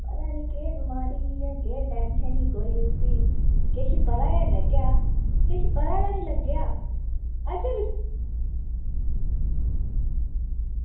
पता निं केह् बमारी ही केह् टेंशन ही उसी किश पता गै निं लग्गेआ किश पता गै निं लग्गेआ असें